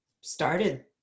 started